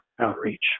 outreach